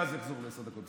ואז אחזור לעשר דקות.